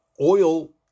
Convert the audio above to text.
oil